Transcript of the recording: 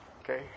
Okay